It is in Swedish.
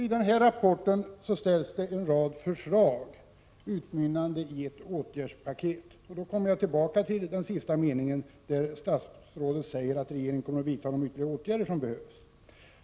I rapporten ställs en rad förslag, som tillsammans bildar ett åtgärdspaket. Jag kommer då tillbaka till den sista meningen i svaret, där statsrådet säger att regeringen kommer att vidta de ytterligare åtgärder som behövs.